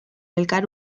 elkar